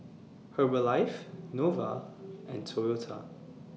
Herbalife Nova and Toyota